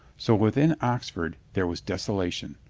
so within oxford there was desolation.